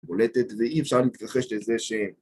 ‫בולטת, ואי אפשר להתכחש לזה ש...